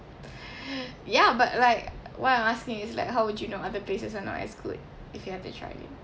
ya but like what I'm asking is like how would you know other places are not as good if you have not try it